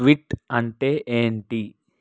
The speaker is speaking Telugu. ట్వీట్ అంటే ఏంటి